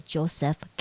Joseph